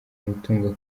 umutungo